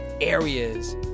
areas